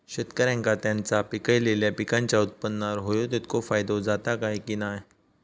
शेतकऱ्यांका त्यांचा पिकयलेल्या पीकांच्या उत्पन्नार होयो तितको फायदो जाता काय की नाय?